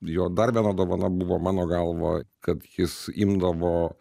jo dar viena dovana buvo mano galva kad jis imdavo